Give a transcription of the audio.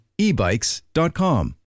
ebikes.com